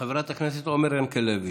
חברת הכנסת עומר ינקלביץ',